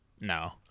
No